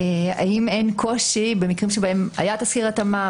האם אין קושי במקרים בהם היה תסקיר התאמה,